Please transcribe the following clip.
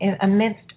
Amidst